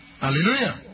Hallelujah